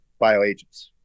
bioagents